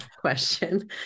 question